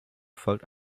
folgt